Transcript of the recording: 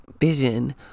vision